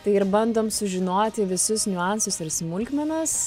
tai ir bandom sužinoti visus niuansus ir smulkmenas